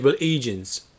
agents